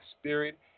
spirit